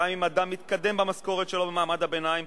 גם אם אדם מתקדם במשכורת שלו במעמד הביניים,